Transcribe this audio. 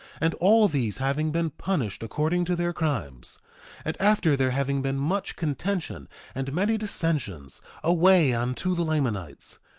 and all these having been punished according to their crimes and after there having been much contention and many dissensions away unto the lamanites,